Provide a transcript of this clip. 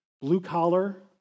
blue-collar